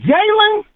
Jalen